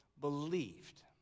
believed